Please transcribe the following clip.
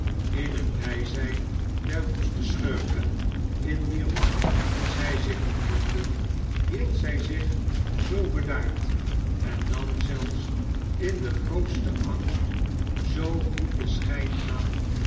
in het bijzijn der woeste schurken in wier macht zij zich bevonden hield zij zich zoo bedaard en nam zelfe in den grootsten angst zoo goed den schijn aan